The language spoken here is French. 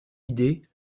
idée